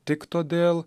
tik todėl